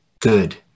good